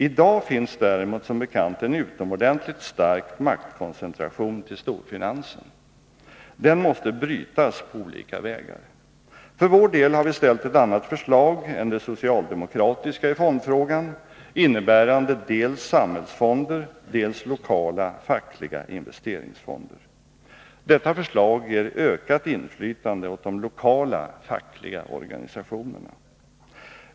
I dag finns däremot som bekant en utomordentligt stark maktkoncentration till storfinansen. Den måste brytas på olika vägar. För vår del har vi ställt ett annat förslag än det socialdemokratiska i fondfrågan, innebärande dels samhällsfonder, dels lokala fackliga investeringsfonder. Detta förslag ger ökat inflytande åt de lokala fackliga organisationerna.